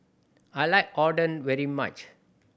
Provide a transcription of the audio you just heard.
I like Oden very much